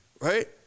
right